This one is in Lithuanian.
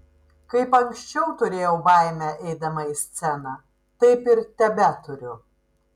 kaip anksčiau turėjau baimę eidama į sceną taip ir tebeturiu